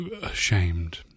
ashamed